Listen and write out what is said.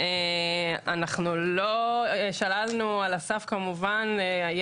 ואנחנו לא שללנו את זה על הסף כמובן.